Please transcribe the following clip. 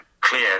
clear